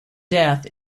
death